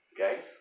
Okay